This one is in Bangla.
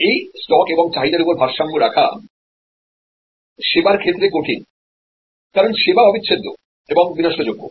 এই স্টক এবং চাহিদার উপর ভারসাম্য রাখা পরিষেবার ক্ষেত্রে কঠিন কারণ পরিষেবা ইনসেপারেবল এবং পেরিসেবল